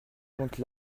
contre